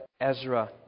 Ezra